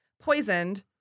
poisoned